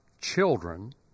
children